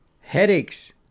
headaches